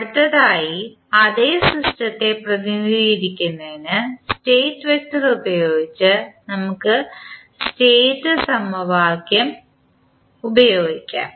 അടുത്തതായി അതേ സിസ്റ്റത്തെ പ്രതിനിധീകരിക്കുന്നതിന് സ്റ്റേറ്റ് വെക്റ്റർ ഉപയോഗിച്ച് നമുക്ക് സ്റ്റേറ്റ് സമവാക്യം ഉപയോഗിക്കാം